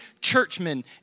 churchmen